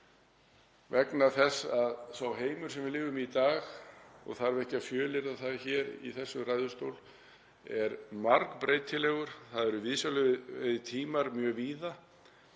vegna þess að sá heimur sem við lifum í í dag, og þarf ekki að fjölyrða um það í þessum ræðustól, er margbreytilegur. Það eru viðsjárverðir tímar mjög víða,